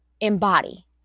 embody